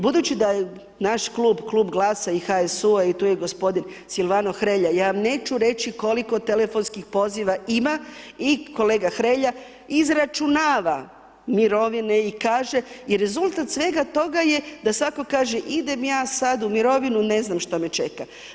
Budući da naš klub, Klub GLAS-a i HSU-a i tu je gospodin Silvano Hrelja, ja vam neću reći koliko telefonskih poziva ima i kolega Hrelja izračunava mirovine i kaže i rezultat svega toga je da svako kaže idem ja sad u mirovinu, ne znam šta me čeka.